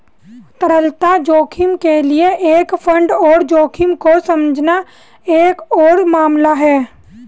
तरलता जोखिम के लिए एक फंड के जोखिम को समझना एक और मामला है